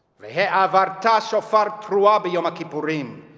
ve'he'avarta shofar tru'ah be'yom ha'kippurim,